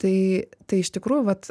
tai tai iš tikrųjų vat